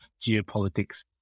geopolitics